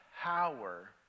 power